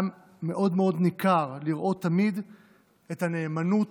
היה מאוד מאוד ניכר לראות תמיד את הנאמנות